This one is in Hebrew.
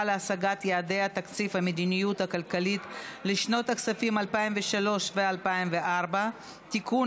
להשגת יעדי התקציב והמדיניות הכלכלית לשנות הכספים 2003 ו-2004) (תיקון,